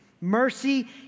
Mercy